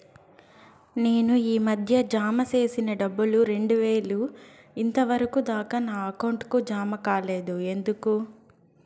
నేను ఈ మధ్య జామ సేసిన డబ్బులు రెండు వేలు ఇంతవరకు దాకా నా అకౌంట్ కు జామ కాలేదు ఎందుకు?